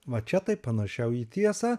va čia tai panašiau į tiesą